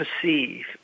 perceive